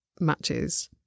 matches